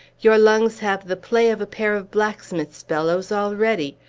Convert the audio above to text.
your lungs have the play of a pair of blacksmith's bellows already.